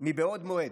מבעוד מועד.